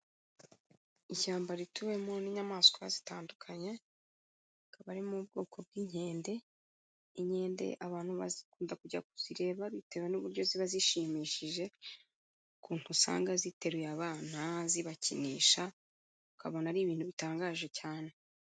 Ishyamba rituwemo n'inyamaswa zitandukanye, hakaba harimo ubwoko bw'inkende, inkende abantu bazikunda kujya kuzireba bitewe n'uburyo ziba zishimishije, ukuntu usanga ziteruye abana zibakinisha, ukabona ari ibintu bitangaje cyane.